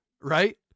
Right